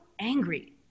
angry